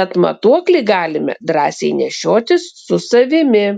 tad matuoklį galime drąsiai nešiotis su savimi